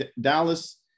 dallas